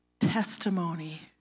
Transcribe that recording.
testimony